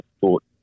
thought